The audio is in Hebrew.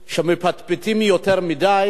כשמפטפטים יותר מדי,